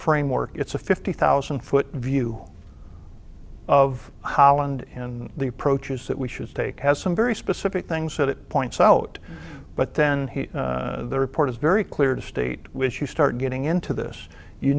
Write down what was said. framework it's a fifty thousand foot view of holland and the approaches that we should take has some very specific things that it points out but then the report is very clear to state which you start getting into this you